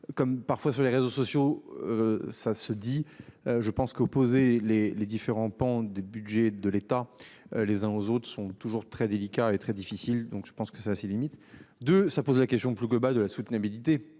comme parfois sur les réseaux sociaux. Ça se dit. Je pense qu'opposer les les différents pans du budget de l'État. Les uns aux autres, sont toujours très délicat et très difficile. Donc je pense que ça a ses limites de ça pose la question plus globale de la soutenabilité